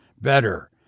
better